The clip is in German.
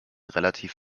relativ